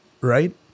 right